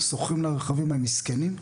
שוכרים לה רכבים, מה הם מסכנים?